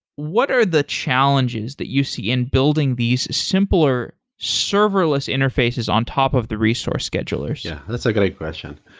what are the challenges that you see in building these simpler serverless interfaces on top of the resource schedulers? yeah, that's a great question.